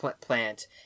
Plant